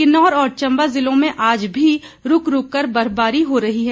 किन्नौर और चम्बा जिलों में आज भी रूक रूक कर बर्फबारी हो रही है